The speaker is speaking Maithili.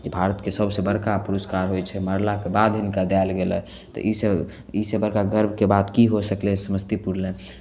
जे भारतके सभसँ बड़का पुरस्कार होइ छै मरलाके बाद हिनका देल गेलै तऽ ईसँ ईसँ बड़का गर्वके बात की हो सकलै समस्तीपुर लेल